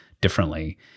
differently